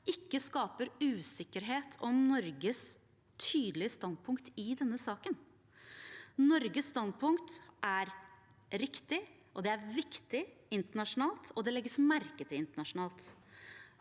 ikke skaper usikkerhet om Norges tydelige standpunkt i denne saken. Norges standpunkt er riktig. Det er viktig internasjonalt, og det legges merke til internasjonalt.